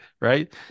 right